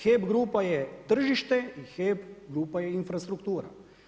HEP Grupa je tržište i HEP Grupa je infrastruktura.